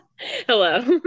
Hello